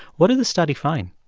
what did the study find?